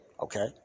Okay